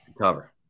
cover